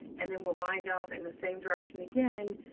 and then we'll bind off in the same direction, again,